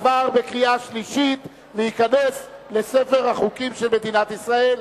עבר בקריאה שלישית וייכנס לספר החוקים של מדינת ישראל.